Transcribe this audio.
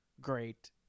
great